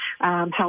help